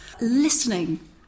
listening